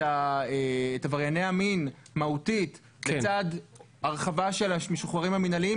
עברייני המין מהותית לצד הרחבה של המשוחררים המינהליים,